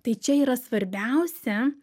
tai čia yra svarbiausia